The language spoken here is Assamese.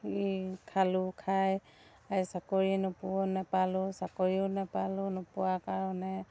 এই খালোঁ খাই এই চাকৰি নোপোৱা নেপালোঁ চাকৰিও নেপালোঁ নোপোৱা কাৰণে